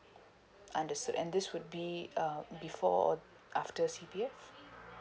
understood and this would be uh before or after C_P_F